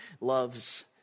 loves